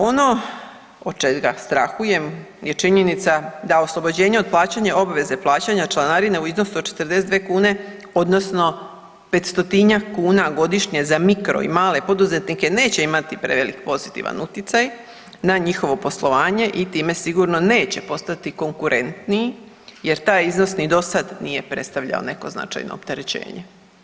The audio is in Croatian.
Ono od čega strahujem je činjenica da oslobođenje od plaćanja obveze plaćanja članarine u iznosu od 42 kune odnosno 500-njak kuna godišnje za mikro i male poduzetnike neće imati prevelik pozitivan utjecaj na njihovo poslovanje i time sigurno neće postati konkurentniji jer taj iznos ni do sad nije predstavljao neko značajno opterećenje.